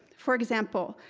for example,